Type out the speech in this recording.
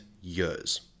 years